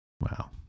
wow